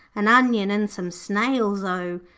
an onion and some snails-o!